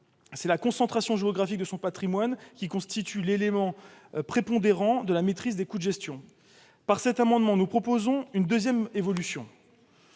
c'est la concentration géographique de son patrimoine qui constitue l'élément prépondérant de la maîtrise des coûts de gestion. Cet amendement vise à proposer une deuxième évolution